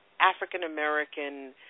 African-American